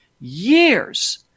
years